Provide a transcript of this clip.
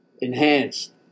Enhanced